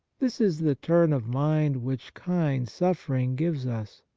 this is the turn of mind which kind suffering gives us.